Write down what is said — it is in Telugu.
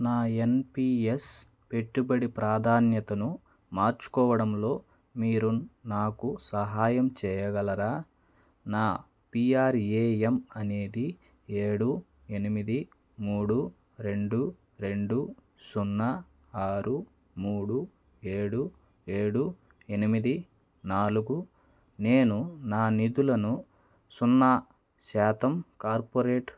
నా ఎన్పీఎస్ పెట్టుబడి ప్రాధాన్యతను మార్చుకోవడంలో మీరు నాకు సహాయం చేయగలరా నా పీఆర్ఏఎమ్ అనేది ఏడు ఎనిమిది మూడు రెండు రెండు సున్నా ఆరు మూడు ఏడు ఏడు ఎనిమిది నాలుగు నేను నా నిధులను సున్నా శాతం కార్పొరేట్